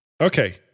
Okay